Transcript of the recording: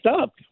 up